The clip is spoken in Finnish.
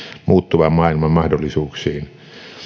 muuttuvan maailman mahdollisuuksiin